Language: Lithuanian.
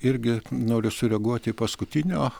irgi noriu sureaguoti į paskutinio